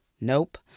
Nope